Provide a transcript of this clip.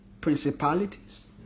principalities